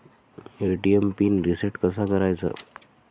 ATM PIN reset कसा करायचा?